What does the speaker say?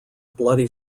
bloody